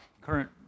current